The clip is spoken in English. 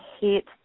hit